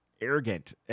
arrogant